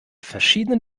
verschiedenen